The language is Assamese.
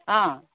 অঁ